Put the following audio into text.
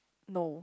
no